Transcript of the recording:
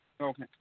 Okay